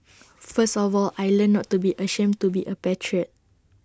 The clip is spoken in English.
first of all I learnt not to be ashamed to be A patriot